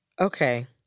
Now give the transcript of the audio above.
Okay